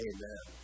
Amen